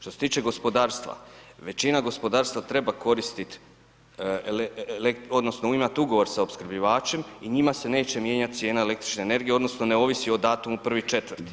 Što se tiče gospodarstva, većina gospodarstva treba koristiti odnosno imati ugovor sa opskrbljivačem i njima se neće mijenjati cijena električne energije odnosno ne ovisi o datumu 1.4.